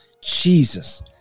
Jesus